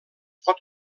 pot